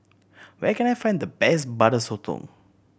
where can I find the best Butter Sotong